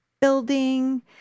building